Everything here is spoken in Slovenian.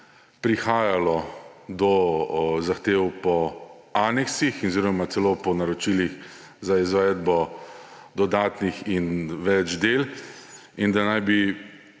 prihajalo do zahtev po aneksih oziroma celo po naročilih za izvedbo dodatnih in več del in da naj bi